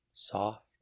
Soft